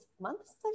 months